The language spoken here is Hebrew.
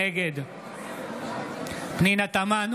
נגד פנינה תמנו,